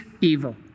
evil